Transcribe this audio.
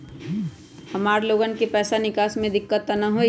हमार लोगन के पैसा निकास में दिक्कत त न होई?